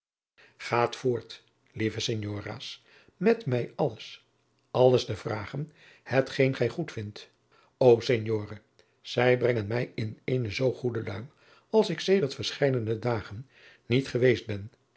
gaat voort lieve signora's met mij alles alles te vragen hetgeen gij goedvindt o signore zij brengen mij in eene zoo goede luim als ik sedert verscheiden dagen niet geweest ben